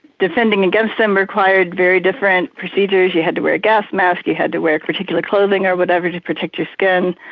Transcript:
defending against them required very different procedures you had to wear a gas mask, you had to wear particular clothing or whatever to protect your skin.